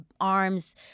arms